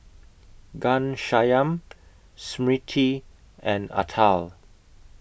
Ghanshyam Smriti and Atal